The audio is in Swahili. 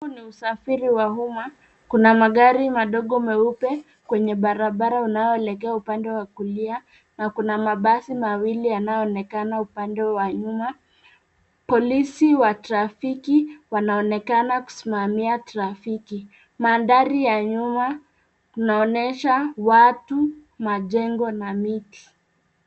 Huu ni usafiri wa umma. Kuna magari madogo meupe kwenye barabara unaoelekea upande wa kulia na kuna mabasi mawili yanayoonekana upande wa nyuma. Polisi wa trafiki wanaonekana kusimamia trafiki. Mandhari ya nyuma inaonyesha watu, majengo na miti.